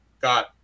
got